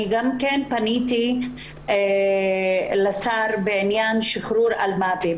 גם אני פניתי לשר בעניין שחרור אסירים באלימות.